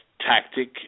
tactic